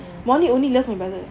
mm